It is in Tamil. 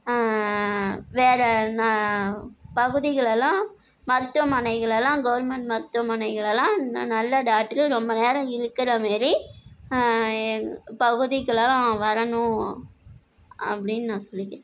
வேற ந பகுதிகளெலாம் மருத்துவமனைகளெலாம் கவர்மெண்ட் மருத்துவமனைகளெலாம் இன்னும் நல்ல டாக்டரு ரொம்ப நேரம் இருக்கிற மாரி பகுதிகளெலாம் வரணும் அப்டின்னு நான் சொல்லிக்கிறேன்